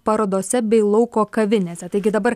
parodose bei lauko kavinėse taigi dabar